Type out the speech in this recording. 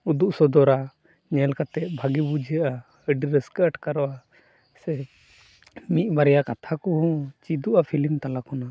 ᱩᱫᱩᱜ ᱥᱚᱫᱚᱨᱟ ᱧᱮᱞ ᱠᱟᱛᱮ ᱵᱷᱟᱹᱜᱤ ᱵᱩᱡᱷᱟᱹᱜᱼᱟ ᱟᱹᱰᱤ ᱨᱟᱹᱥᱠᱟᱹ ᱟᱴᱠᱟᱨᱚᱜᱼᱟ ᱥᱮ ᱢᱤᱫ ᱵᱟᱨᱭᱟ ᱠᱟᱛᱷᱟ ᱠᱚᱦᱚᱸ ᱪᱮᱫᱚᱜᱼᱟ ᱯᱷᱤᱞᱤᱢ ᱛᱟᱞᱟ ᱠᱷᱚᱱᱟᱜ